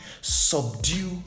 subdue